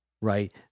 right